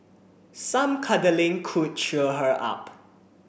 some cuddling could cheer her up